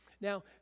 now